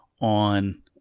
on –